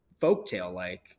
folktale-like